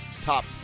top